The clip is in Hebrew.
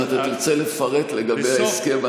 אם תרצה לפרט לגבי ההסכם,